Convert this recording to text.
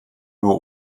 nur